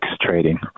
trading